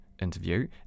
interview